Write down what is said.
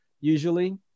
usually